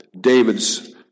David's